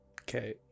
okay